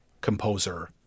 composer